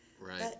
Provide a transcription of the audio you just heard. Right